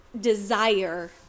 desire